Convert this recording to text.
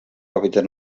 hàbitat